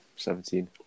Seventeen